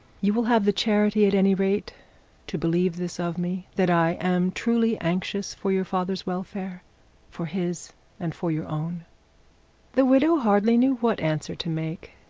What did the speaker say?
you will have the charity at any rate to believe this of me, that i am truly anxious for your father's welfare for his and for your own the widow hardly knew what answer to make.